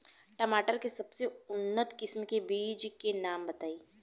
टमाटर के सबसे उन्नत किस्म के बिज के नाम बताई?